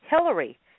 Hillary